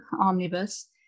omnibus